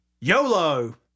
YOLO